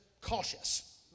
cautious